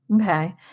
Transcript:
Okay